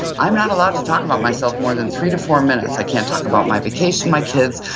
i'm not allowed to talk about myself more than three to four minutes. i can talk about my vacation, my kids,